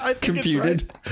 Computed